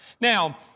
Now